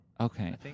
Okay